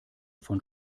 von